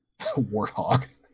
Warthog